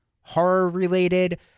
horror-related